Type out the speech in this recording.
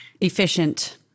Efficient